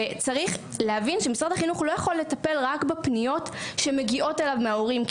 וצריך להבין שמשרד החינוך לא יכול לטפל רק בפניות שמגיעות אליו מההורים,